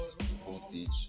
voltage